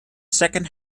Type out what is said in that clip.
second